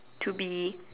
to be